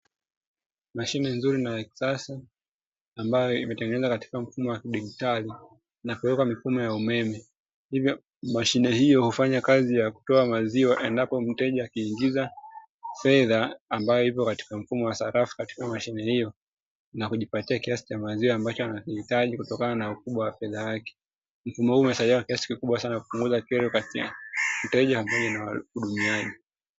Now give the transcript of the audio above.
Mashine nzuri na ya kisasa ambayo imetengenezwa katika mfumo wa kidigitali na kuekwa mifumo ya umeme, hivyo mashine hiyo hufanya kazi ya kutoa maziwa endapo mteja akiingiza fedha ambayo ipo katika mfumo wa sarafu katika mashine hiyo na kujipatia kiasi cha maziwa ambacho anakihitaji kutokana na ukubwa wa fedha yake. Mfumo huu umesaidia kwa kiasi kikubwa sana kupunguza kero kati ya mteja pamoja na wahudumiaji.